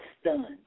stunned